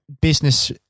business